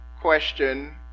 question